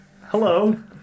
Hello